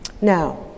Now